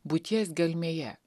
būties gelmėje